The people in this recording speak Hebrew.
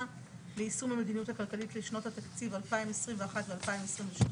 ליישום המדיניות הכלכלית לשנות התקציב 2021 ו-2022),